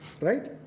right